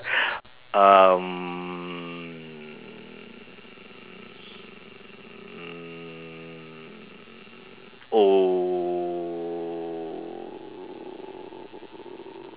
um old